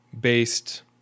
based